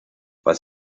was